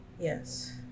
Yes